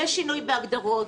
יש שינוי בהגדרות,